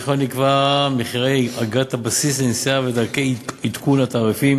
נקבעו מחירי אגרת הבסיס לנסיעה ודרכי עדכון התעריפים